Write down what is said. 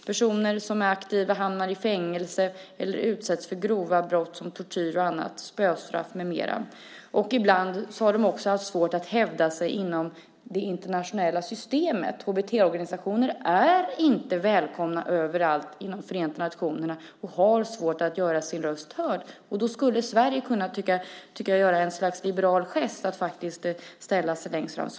Personer som är aktiva hamnar i fängelse eller utsätts för grova brott som tortyr och annat, spöstraff med mera. Ibland har de också haft svårt att hävda sig inom det internationella systemet. HBT-organisationer är inte välkomna överallt inom Förenta nationerna och har svårt att göra sin röst hörd. Då skulle Sverige kunna göra ett slags liberal gest och ställa sig längst fram.